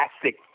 classic